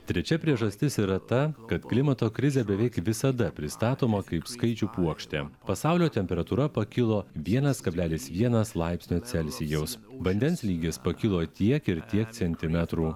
trečia priežastis yra ta kad klimato krizė beveik visada pristatoma kaip skaičių puokštė pasaulio temperatūra pakilo vienas kablelis vienas laipsnio celsijaus vandens lygis pakilo tiek ir tiek centimetrų